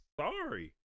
sorry